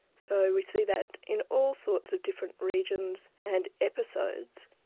so we see that in all sorts of different regions and episodes.